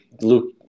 Luke